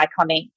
iconic